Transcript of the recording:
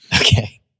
Okay